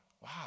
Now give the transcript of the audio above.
Wow